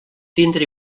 tindre